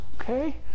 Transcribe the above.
Okay